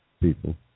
people